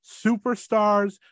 superstars